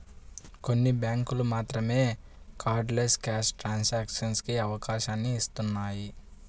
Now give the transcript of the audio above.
కొన్ని బ్యేంకులు మాత్రమే కార్డ్లెస్ క్యాష్ ట్రాన్సాక్షన్స్ కి అవకాశాన్ని ఇత్తన్నాయి